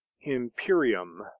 imperium